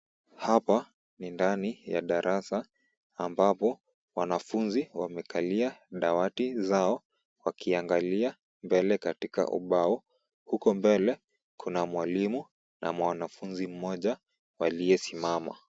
Hapa ni ndani ya darasa ambapo wanafunzi wamekalia dawati zao wakiangalia mbele katika ubao. Huko mbele kuna mwalimu na mwanafunzi mmoja waliyesimama.